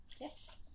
Yes